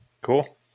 Cool